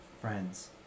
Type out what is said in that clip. friends